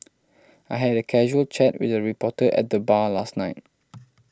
I had a casual chat with a reporter at the bar last night